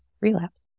relapse